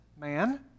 man